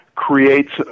Creates